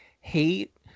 hate